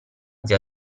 zia